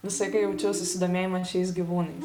visada jaučiau susidomėjimą šiais gyvūnais